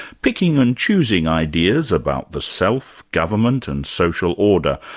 picking and choosing ideas about the self, government, and social order,